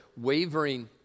wavering